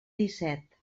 disset